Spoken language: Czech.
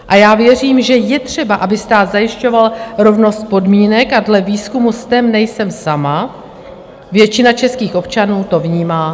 A já věřím, že je třeba, aby stát zajišťoval rovnost podmínek, a dle výzkumu STEM nejsem sama, většina českých občanů to vnímá podobně.